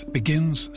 begins